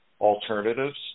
alternatives